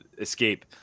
escape